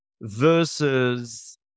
versus